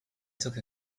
took